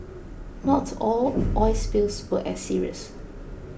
not all oil spills were as serious